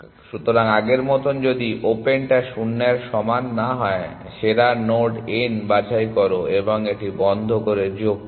সুতরাং আগের মতন যদি ওপেন টা শূন্যের সমান না হয় সেরা নোড n বাছাই করো এবং এটি বন্ধ করে যোগ করো